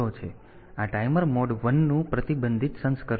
તેથી આ timer mode 1 નું પ્રતિબંધિત સંસ્કરણ છે